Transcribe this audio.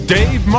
Dave